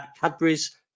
cadbury's